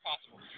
possible